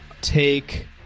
Take